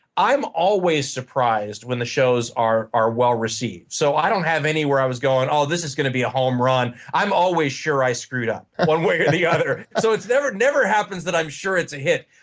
i'm always surprised when the shows are are well received. so i don't have anywhere i was going oh, this is going to be a home run. i'm always sure i screwed up, one way or the other. so it never never happens that i'm sure it's a hit.